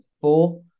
four